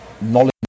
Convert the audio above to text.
knowledge